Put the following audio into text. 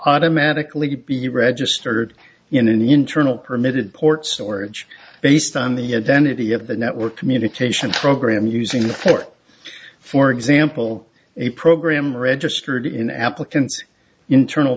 automatically be registered in an internal permitted port storage based on the advantage to get the network communications program using for for example a program registered in an applicant's internal